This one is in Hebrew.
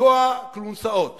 לתקוע כלונסאות